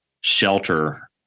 shelter